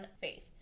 faith